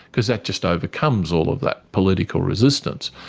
because that just overcomes all of that political resistance.